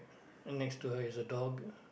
and next to her is a dog